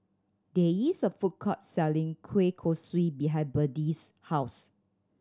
there is a food court selling kueh kosui behind Birdie's house